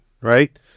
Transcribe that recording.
right